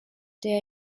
der